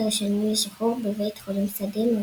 הראשונים לשחרור בבית חולים שדה מאולתר.